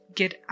get